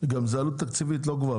גם זה עלות תקציבית לא גבוהה,